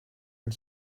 and